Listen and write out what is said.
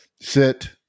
sit